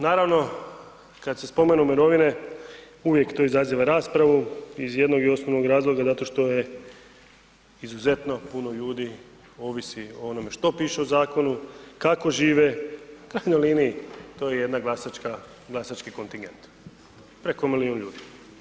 Naravno, kad se spomenu mirovine, uvijek to izaziva raspravu iz jednog i osnovnog razloga zato što je izuzetno puno ljudi ovisi o onome što piše u zakonu, kako žive, u krajnjoj liniji, to je jedan glasački kontingent, preko milijun ljudi.